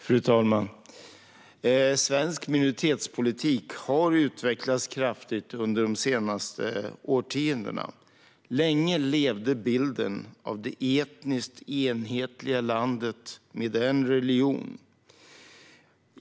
Fru talman! Svensk minoritetspolitik har utvecklats kraftigt under de senaste årtiondena. Länge levde bilden av det etniskt enhetliga landet med en religion.